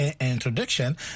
introduction